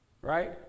right